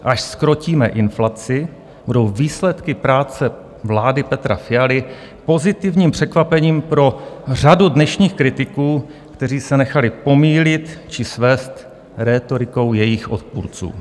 až zkrotíme inflaci, budou výsledky práce vlády Petra Fialy pozitivním překvapením pro řadu dnešních kritiků, kteří se nechali pomýlit či svést rétorikou jejích odpůrců.